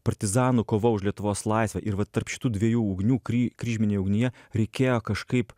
partizanų kova už lietuvos laisvę ir va tarp šitų dviejų ugnių kry kryžminėj ugnyje reikėjo kažkaip